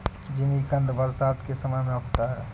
जिमीकंद बरसात के समय में उगता है